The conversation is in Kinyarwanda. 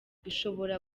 ishobora